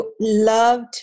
loved